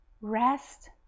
rest